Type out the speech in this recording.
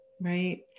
Right